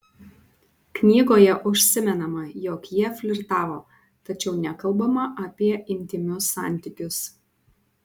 knygoje užsimenama jog jie flirtavo tačiau nekalbama apie intymius santykius